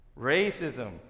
racism